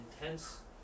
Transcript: intense